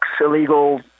illegal